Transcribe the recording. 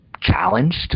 challenged